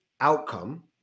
outcome